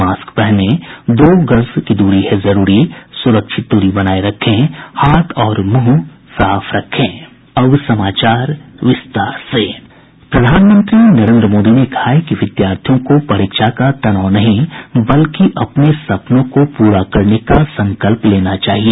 mask पहनें दो गज दूरी है जरूरी सुरक्षित दूरी बनाये रखें हाथ और मुंह साफ रखें प्रधानमंत्री नरेन्द्र मोदी ने कहा है कि विद्यार्थियों को परीक्षा का तनाव नहीं बल्कि अपने सपनों को पूरा करने का संकल्प लेना चाहिए